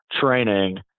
training